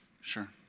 sure